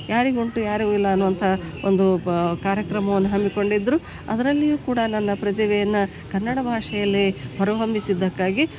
ಯಾರಿಗುಂಟು ಯಾರಿಗಿಲ್ಲ ಅನ್ನುವಂತಹ ಒಂದು ಕಾರ್ಯಕ್ರಮವನ್ನು ಹಮ್ಮಿಕೊಂಡಿದ್ದರು ಅದರಲ್ಲಿಯೂ ಕೂಡ ನನ್ನ ಪ್ರತಿಭೆಯನ್ನು ಕನ್ನಡ ಬಾಷೆಯಲ್ಲೇ ಹೊರಹೊಮ್ಮಿಸಿದ್ದಕ್ಕಾಗಿ